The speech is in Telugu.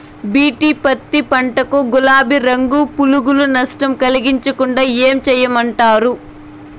బి.టి పత్తి పంట కు, గులాబీ రంగు పులుగులు నష్టం కలిగించకుండా ఏం చేయమంటారు?